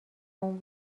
اون